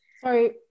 Sorry